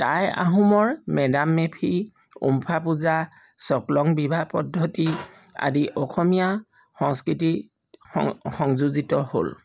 টাই আহোমৰ মে' ডাম মে' ফি উম্ফা পূজা চকলং বিবাহ পদ্ধতি আদি অসমীয়া সংস্কৃতি স সংযোজিত হ'ল